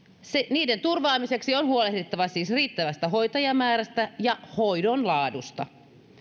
niiden turvaamiseksi on huolehdittava siis riittävästä hoitajamäärästä ja hoidon laadusta